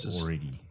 already